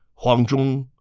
huang zhong,